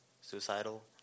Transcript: suicidal